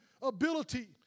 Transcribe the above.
ability